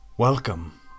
Welcome